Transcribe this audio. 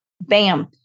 Bam